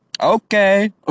Okay